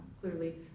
clearly